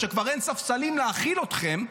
שכבר אין ספסלים להכיל אתכם,